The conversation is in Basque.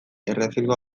errezilgo